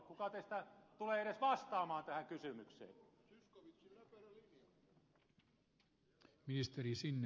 kuka teistä tulee edes vastaamaan tähän kysymykseen